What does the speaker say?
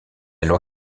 loi